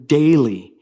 daily